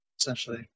Essentially